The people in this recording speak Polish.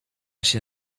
się